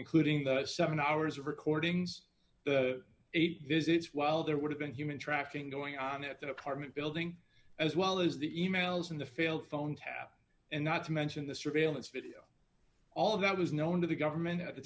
including those seven hours of recordings the eight visits while there would have been human trafficking going on at the apartment building as well as the e mails in the field phone tap and not to mention the surveillance video all of that was known to the government at the